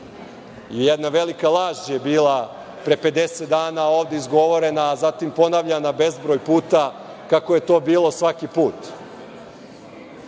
Jedna velika laž je bila pre 50 dana ovde izgovorena, a zatim ponavljana bezbroj puta kako je to bilo svaki put,